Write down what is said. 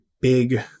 big